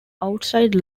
outside